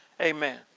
amen